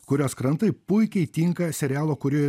kurios krantai puikiai tinka serialo kurio